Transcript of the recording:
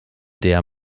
der